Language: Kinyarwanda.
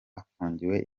afungiwe